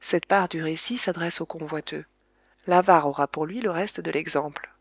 cette part du récit s'adresse au convoiteux l'avare aura pour lui le reste de l'exemple